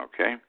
okay